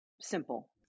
Simple